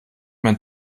mein